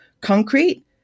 concrete